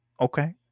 Okay